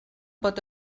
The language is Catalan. pot